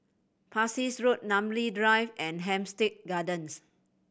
Parsi Road Namly Drive and Hampstead Gardens